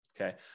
okay